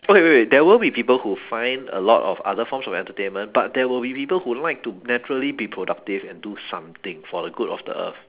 oh wait wait there will be people who find a lot of other forms of entertainment but there will be people who like to naturally be productive and do something for the good of the earth